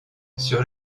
sur